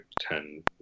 ten